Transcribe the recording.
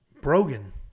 Brogan